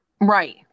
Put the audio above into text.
Right